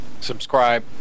subscribe